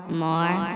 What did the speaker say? more